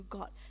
God